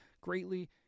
Greatly